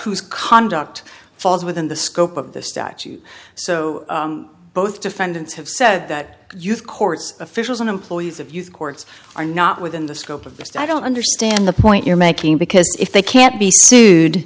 whose conduct falls within the scope of the statute so both defendants have said that you've courts officials and employees of youth courts are not within the scope of just i don't understand the point you're making because if they can't be sued